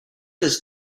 his